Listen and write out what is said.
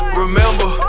remember